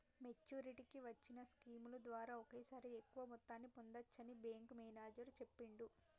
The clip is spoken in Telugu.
మెచ్చురిటీకి వచ్చిన స్కీముల ద్వారా ఒకేసారి ఎక్కువ మొత్తాన్ని పొందచ్చని బ్యేంకు మేనేజరు చెప్పిండు